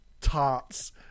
tarts